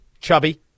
chubby